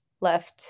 left